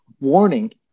warning